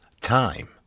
Time